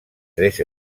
tres